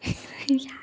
याद येयना